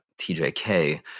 TJK